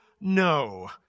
no